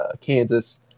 Kansas